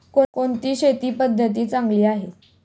कोणती शेती पद्धती चांगली आहे?